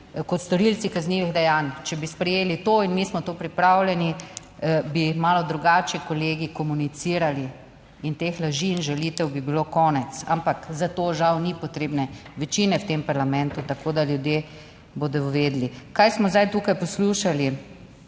kot storilci kaznivih dejanj. Če bi sprejeli to in mi smo to pripravljeni, bi malo drugače kolegi komunicirali in teh laži in žalitev bi bilo konec, ampak za to žal ni potrebne večine v tem parlamentu, tako da ljudje bodo vedeli. Kaj smo zdaj tukaj poslušali,